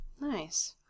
Nice